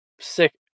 sick